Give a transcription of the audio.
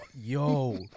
Yo